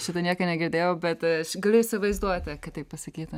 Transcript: šito niekad negirdėjau bet aš galiu įsivaizduoti kad taip pasakyta